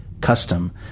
custom